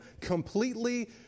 completely